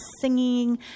singing